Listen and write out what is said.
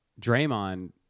Draymond